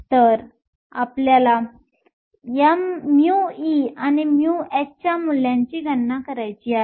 तर आपल्याला μe आणि μh च्या मूल्यांची गणना करायची आहे